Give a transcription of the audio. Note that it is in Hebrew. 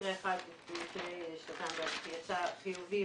מקרה אחד מלפני שנתיים בערך יצא חיובי,